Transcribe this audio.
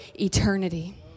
eternity